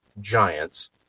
giants